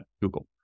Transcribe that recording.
Google